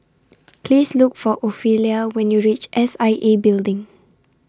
Please Look For Ophelia when YOU REACH S I A Building